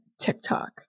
TikTok